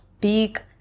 big